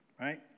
right